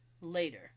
later